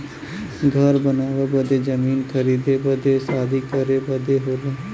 घर बनावे बदे जमीन खरीदे बदे शादी करे बदे होला